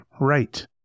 right